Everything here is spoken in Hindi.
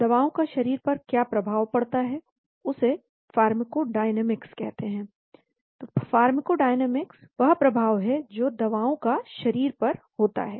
दवाओं का शरीर पर क्या प्रभाव पड़ता है उसे फार्माकोडायनामिक्स कहते हैं फार्माकोडायनामिक्स वह प्रभाव है जो दवाओं का शरीर पर होता है